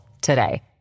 today